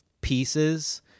pieces